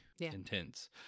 intense